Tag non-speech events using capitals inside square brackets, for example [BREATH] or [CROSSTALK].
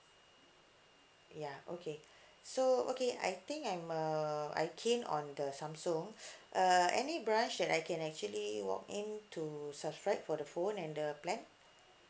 ya okay [BREATH] so okay I think I'm a I keen on the Samsung [BREATH] err any branch that I can actually walk in to subscribe for the phone and the plan